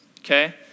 okay